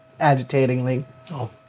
agitatingly